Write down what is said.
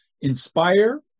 inspire